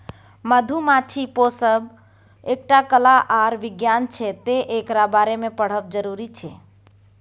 मधुमाछी पोसब एकटा कला आर बिज्ञान छै तैं एकरा बारे मे पढ़ब जरुरी छै